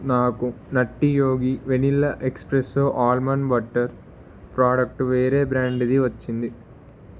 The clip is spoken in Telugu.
నాకు nutty Yogi vanilla espresso almond butter product వేరే బ్రాండుది వచ్చింది